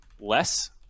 less